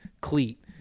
cleat